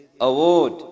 award